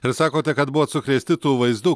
ir sakote kad buvot sukrėsti tų vaizdų